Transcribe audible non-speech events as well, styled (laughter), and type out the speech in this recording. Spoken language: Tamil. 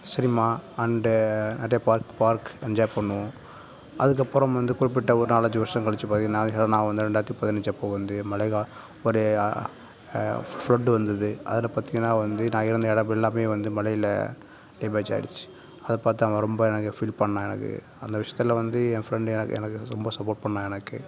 சினிமா அண்டு நிறைய பார்க் பார்க் என்ஜாய் பண்ணுவோம் அதுக்கப்புறம் வந்து குறிப்பிட்ட ஒரு நாலஞ்சி வருஷோம் கழித்து பார்த்தீங்கன்னா (unintelligible) நான் வந்து ரெண்டாயிரத்தி பதினஞ்சு அப்போது வந்து மழை கா ஒரு ஃப் ஃப்லட்டு வந்தது அதில் பார்த்தீங்கன்னா வந்து நான் இருந்த இடம் எல்லாம் வந்து மழையில் டேமேஜ் ஆகிடுச்சு அது பார்த்து அவன் ரொம்ப எனக்கு ஃபீல் பண்ணான் எனக்கு அந்த விஷயத்துல வந்து என் ஃப்ரெண்டு எனக்கு எனக்கு ரொம்ப சப்போர்ட் பண்ணான் எனக்கு